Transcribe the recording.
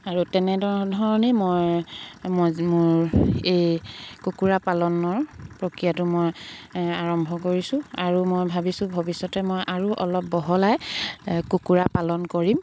আৰু তেনেদৰধৰণেই মই মোৰ এই কুকুৰা পালনৰ প্ৰক্ৰিয়াটো মই আৰম্ভ কৰিছোঁ আৰু মই ভাবিছোঁ ভৱিষ্যতে মই আৰু অলপ বহলাই কুকুৰা পালন কৰিম